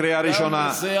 קריאה ראשונה.